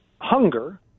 hunger